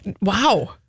Wow